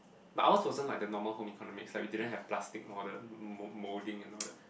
but ours wasn't like the normal home economics like we didn't have plastic model mold~ molding and all that